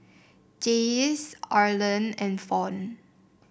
Jaycie Arland and Fawn